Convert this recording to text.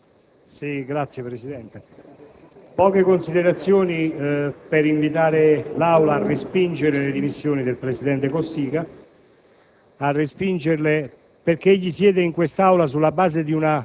svolgere poche considerazioni per invitare l'Aula a respingere le dimissioni del presidente Cossiga